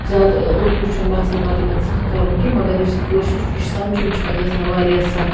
زیادٕ اُردوٗ چھُنہٕ باسان پَتہٕ یِمَن سَکھ کَرُن کیٚنٛہہ مگر یُس یہِ کٲشُر چھُ یہِ چھُ سَمجھُن چھُ پَتہٕ گَژھان واریاہ سَخ